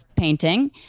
painting